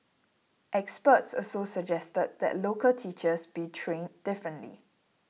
experts also suggested that local teachers be trained differently